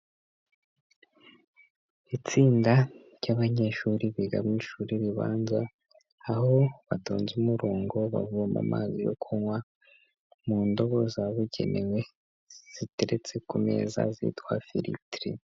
Itsinda ry'abanyeshuri biga mu ishuri ribanza, aho batonze umurongo bavoma amazi yo kunywa mu ndobo zabugenewe ziteretse ku meza zitwa firitiri